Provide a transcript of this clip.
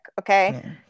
okay